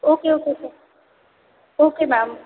okay okay okay okay ma'am